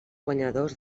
guanyadors